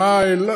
עין-מאהל,